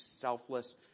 selfless